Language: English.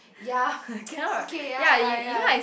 ya okay ya ya ya